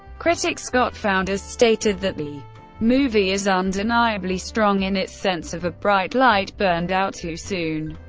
critic scott foundas stated that the movie is undeniably strong in its sense of a bright light burned out too soon,